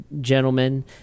gentlemen